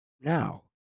Now